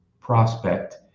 prospect